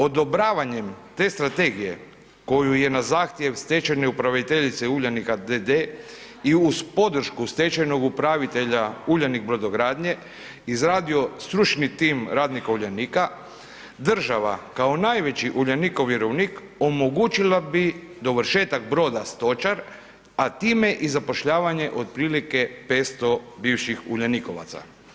Odobravanjem te strategije koju je na zahtjev stečajne upraviteljice Uljanika d.d. i uz podršku stečajnog upravitelja Uljanik brodogradnje izradio stručni tim radnika Uljanika, država kao najveći Uljanikov vjerovnik omogućila bi dovršetak broda Stočar a time i zapošljavanje otprilike 500 bivših Uljanikovaca.